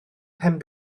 pen